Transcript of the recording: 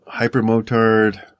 hypermotard